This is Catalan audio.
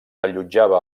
allotjava